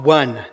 one